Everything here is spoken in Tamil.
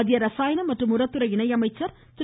மத்திய ரசாயனம் மற்றும் உரத்துறை இணையமைச்சர் திரு